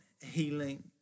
healing